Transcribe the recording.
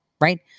Right